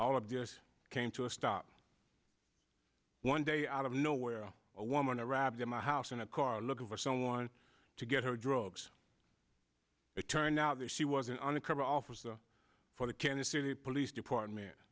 all of us came to a stop one day out of nowhere a woman arrived at my house in a car looking for someone to get her drugs it turned out there she was an undercover officer for the kansas city police department